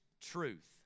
truth